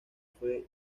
fue